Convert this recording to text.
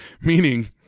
Meaning